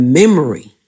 memory